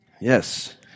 Yes